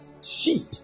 sheep